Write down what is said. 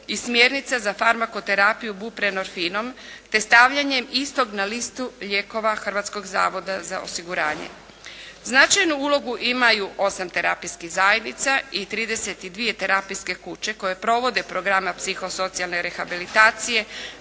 i smjernica za farmakoterapiju Bubrenorfinom te stavljanjem istog na listu lijekova Hrvatskog zavoda za osiguranje. Značajnu ulogu imaju 8 terapijskih zajednica i 32 terapijske kuće koje provode programe psihosocijalne rehabilitacije,